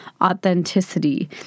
authenticity